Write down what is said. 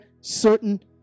certain